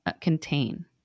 contain